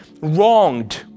wronged